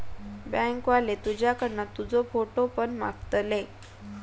bank वाले तुझ्याकडना तुजो फोटो पण मागतले